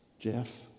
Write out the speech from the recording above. Jeff